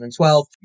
2012